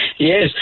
Yes